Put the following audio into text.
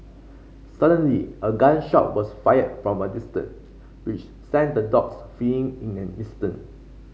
suddenly a gun shot was fired from a distance which sent the dogs fleeing in an instant